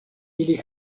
ili